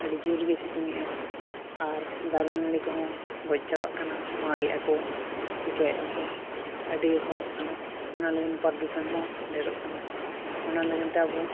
ᱟᱹᱰᱤ ᱡᱳᱨᱜᱮ ᱥᱤᱛᱩᱝᱮᱫᱼᱟᱭ ᱟᱨ ᱫᱟᱨᱮᱼᱱᱟᱹᱲᱤ ᱠᱚᱦᱚᱸ ᱜᱚᱡ ᱪᱟᱵᱟᱜ ᱠᱟᱱᱟ ᱢᱟᱜ ᱮᱫᱟᱠᱚ ᱪᱮᱠᱟᱭ ᱮᱫᱟᱠᱚ ᱟᱹᱰᱤ ᱨᱚᱠᱚᱢᱚᱜ ᱠᱟᱱᱟ ᱚᱱᱟ ᱞᱟᱹᱜᱤᱫ ᱱᱮᱛᱟᱨ ᱫᱩᱥᱚᱱᱦᱚᱸ ᱰᱷᱮᱨᱚᱜ ᱠᱟᱱᱟ ᱚᱱᱟ ᱞᱟᱹᱜᱤᱫᱛᱮ ᱟᱵᱚ